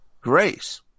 Grace